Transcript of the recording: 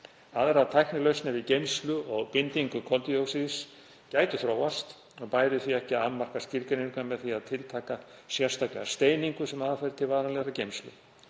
Aðrar tæknilausnir við geymslu og bindingu koldíoxíðs gætu þróast og bæri því ekki að afmarka skilgreininguna með því að tiltaka sérstaklega steiningu sem aðferð til varanlegrar geymslu.